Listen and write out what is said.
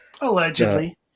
allegedly